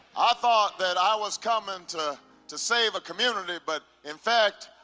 i thought that i was coming to to save a community, but, in fact,